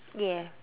ya